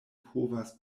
povas